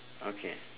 okay